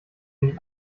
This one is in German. nicht